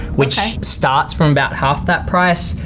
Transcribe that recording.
which starts from about half that price.